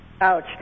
Ouch